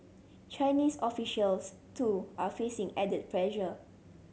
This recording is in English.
Chinese officials too are facing added pressure